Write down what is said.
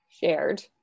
shared